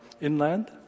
inland